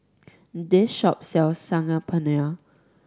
this shop sells Saag Paneer